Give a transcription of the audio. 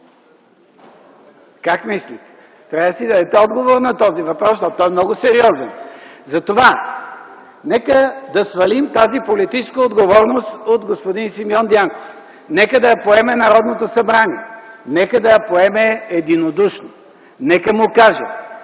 Как мислите? Трябва да си дадете отговор на този въпрос, защото той е много сериозен. Затова нека да свалим тази политическа отговорност от господин Симеон Дянков. Нека да я поеме Народното събрание, нека да я поеме единодушно. Нека му кажем: